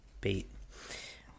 bait